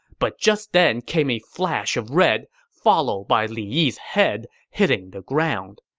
but just then came a flash of red, followed by li yi's head hitting the ground.